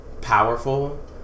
powerful